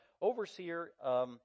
overseer